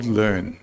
learn